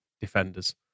defenders